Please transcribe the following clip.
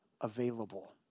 available